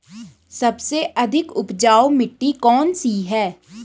सबसे अधिक उपजाऊ मिट्टी कौन सी है?